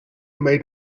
made